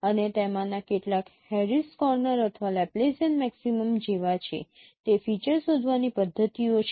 અને તેમાંના કેટલાક હેરિસ કોર્નર અથવા લેપ્લેસિયન મેક્સિમ જેવા છે તે ફીચર શોધવાની પદ્ધતિઓ છે